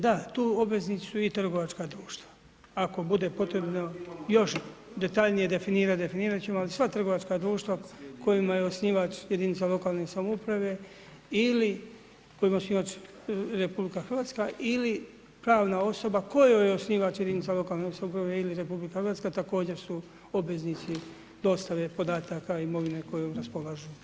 Da, tu obveznicu i trgovačka društva, ako bude potrebno još detaljnije definirati, definirati ćemo, ali sva trgovačka društva kojima je osnivač jedinice lokalne samouprave ili kojima je osnivač RH ili pravna osoba kojoj je osnivač jedinica lokalne samouprave ili RH također su obveznici dostave podataka i imovine kojoj raspolažu u ime RH.